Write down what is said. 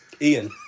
Ian